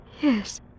Yes